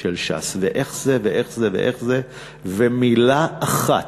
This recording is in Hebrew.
של ש"ס, ואיך זה, ואיך זה, ואיך זה, ומילה אחת,